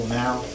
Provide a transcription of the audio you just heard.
now